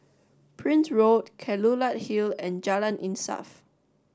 Prince Road Kelulut Hill and Jalan Insaf